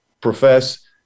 profess